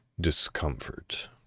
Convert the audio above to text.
discomfort